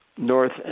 north